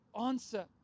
answer